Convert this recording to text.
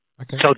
Okay